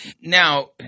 Now